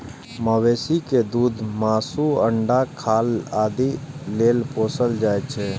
मवेशी कें दूध, मासु, अंडा, खाल आदि लेल पोसल जाइ छै